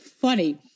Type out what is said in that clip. funny